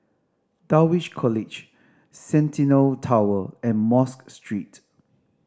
Dulwich College Centennial Tower and Mosque Street